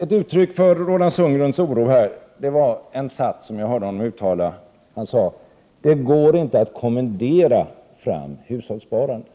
Ett uttryck för Roland Sundgrens oro var hans sats: Det går inte att kommendera fram hushållssparande.